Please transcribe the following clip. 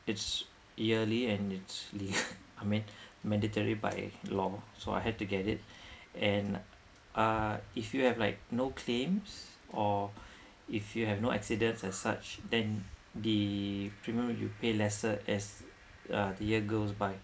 its yearly and its li~ ama~ mandatory by law so I had to get it and uh if you have like no claims or if you have no accidents as such then the premium you pay lesser as uh the year goes by